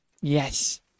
Yes